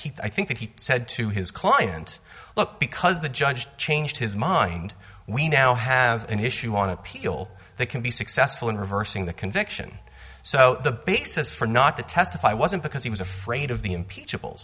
heath i think that he said to his client look because the judge changed his mind we now have an issue on appeal they can be successful in reversing the conviction so the basis for not to testify wasn't because he was afraid of the impeachable